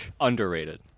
Underrated